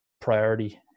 priority